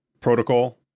Protocol